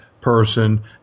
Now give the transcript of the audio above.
person